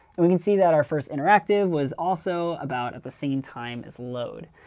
we can see that our first interactive was also about at the same time as load,